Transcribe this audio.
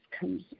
comes